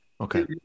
okay